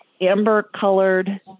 amber-colored